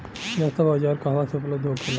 यह सब औजार कहवा से उपलब्ध होखेला?